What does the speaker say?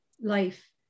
life